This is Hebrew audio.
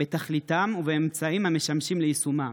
בתכליתם ובאמצעים המשמשים ליישומם,